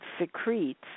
secretes